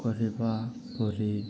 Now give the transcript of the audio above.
କରିବା ପରି